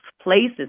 places